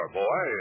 boy